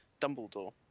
Dumbledore